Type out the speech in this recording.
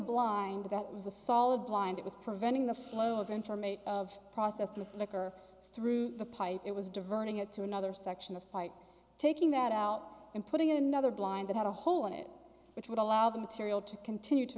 blind that was a solid blind it was preventing the flow of information of processed with liquor through the pipe it was diverting it to another section of pipe taking that out and putting in another blind that had a hole in it which would allow the material to continue to